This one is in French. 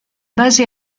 basée